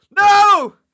No